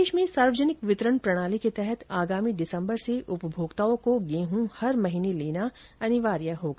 प्रदेश में सार्वजनिक वितरण प्रणाली के तहत आगामी दिसम्बर से उपभोक्ताओं को गेहूं हर महीने लेना अनिवार्य होगा